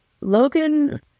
Logan